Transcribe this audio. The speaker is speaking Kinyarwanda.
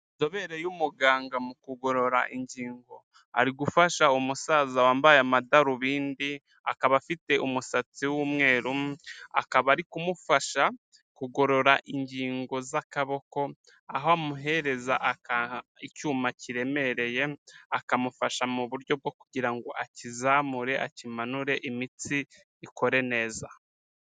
Inzobere y'umuganga mu kugorora ingingo. Ari gufasha umusaza wambaye amadarubindi, akaba afite umusatsi w'umweru, akaba ari kumufasha kugorora ingingo z'akaboko, aho amuhereza akaha icyuma kiremereye, akamufasha mu buryo bwo kugira ngo akizamure akimanure imitsi ikore neza.